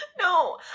No